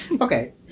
Okay